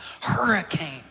hurricane